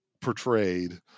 portrayed